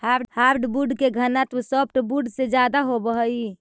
hardwood के घनत्व softwood से ज्यादा होवऽ हइ